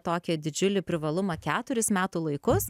tokį didžiulį privalumą keturis metų laikus